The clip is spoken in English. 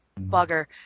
Bugger